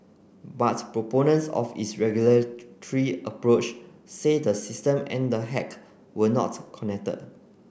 but proponents of its regulatory approach say the system and the hack were not connected